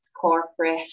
corporate